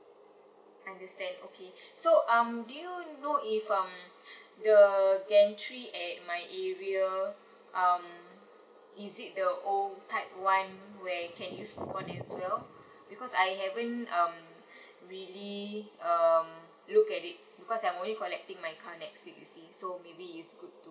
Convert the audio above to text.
understand okay so um do you know if um the gantry at my area um is it the old type one where you can use and so because I haven't um really um look at it because I am only collecting my car next week you see so maybe it's good